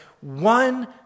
one